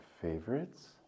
favorites